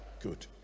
Good